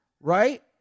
Right